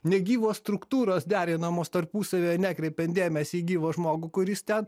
negyvos struktūros derinamos tarpusavyje nekreipiant dėmesį į gyvą žmogų kuris ten